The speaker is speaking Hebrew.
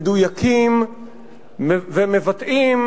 מדויקים ומבטאים,